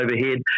overhead